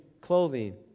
clothing